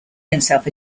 himself